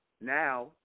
now